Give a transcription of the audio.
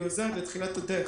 היא עוזרת לתחילת הדרך,